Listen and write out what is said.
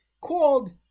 called